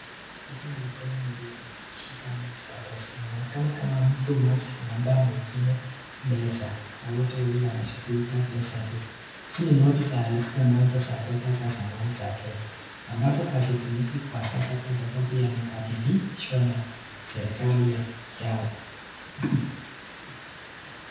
Hizi ni mikono miwili ikishikana pesa. Inaonekana kama mtu mmoja ana nampa mwingine mpesa na wote wawili wanashughulika pesa hizo. Si noti za elfu moja za pesa za zamani za Kenya ambazo hazitumiki kwa sasa kwa sababu yamebadilishwa na serikali ya.